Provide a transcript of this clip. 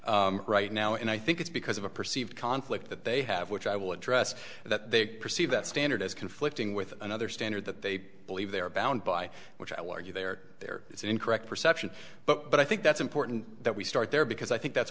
courts right now and i think it's because of a perceived conflict that they have which i will address that they perceive that standard is conflicting with another standard that they believe they are bound by which i will argue they are there is an incorrect perception but i think that's important that we start there because i think that's